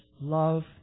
love